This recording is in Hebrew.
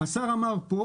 השר אמר כאן